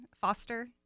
foster